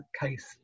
case